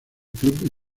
club